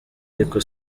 ariko